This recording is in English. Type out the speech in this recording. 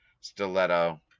Stiletto